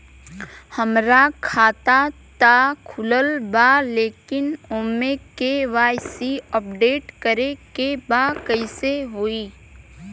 हमार खाता ता खुलल बा लेकिन ओमे के.वाइ.सी अपडेट करे के बा कइसे होई?